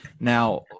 Now